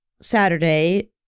Saturday